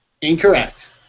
Incorrect